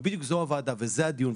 ובדיוק זו הוועדה וזה הדיון,